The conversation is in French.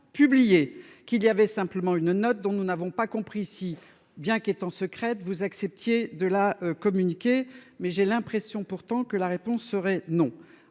publiée qu'il y avait simplement une note dont nous n'avons pas compris si bien qu'étant secrètes, vous acceptiez de la communiquer, mais j'ai l'impression, pourtant que la réponse serait non.